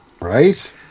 Right